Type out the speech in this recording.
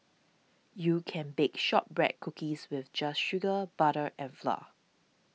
you can bake Shortbread Cookies with just sugar butter and flour